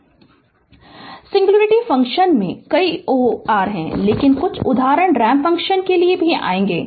Refer Slide Time 1150 singularity function में कई o r हैं लेकिन कुछ उदाहरण रैंप फ़ंक्शन के लिए आएंगे